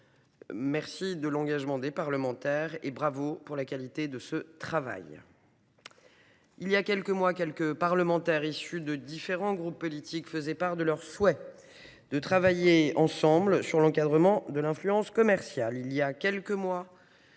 merci de l'engagement des parlementaires et bravo pour la qualité de ce travail ! Il y a quelques mois, des parlementaires de différents groupes politiques exprimaient leur souhait de travailler ensemble sur l'encadrement de l'influence commerciale.